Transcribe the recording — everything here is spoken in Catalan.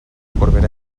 corbera